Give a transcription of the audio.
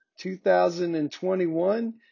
2021